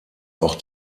auch